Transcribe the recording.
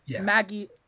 Maggie